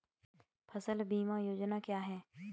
फसल बीमा योजना क्या है?